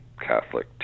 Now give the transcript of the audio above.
Catholic